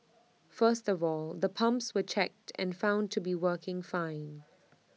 first of all the pumps were checked and found to be working fine